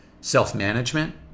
self-management